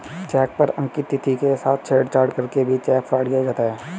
check पर अंकित तिथि के साथ छेड़छाड़ करके भी चेक फ्रॉड किया जाता है